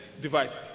device